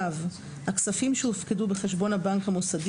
(ו) הכספים שהופקדו בחשבון הבנק המוסדי